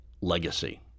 legacy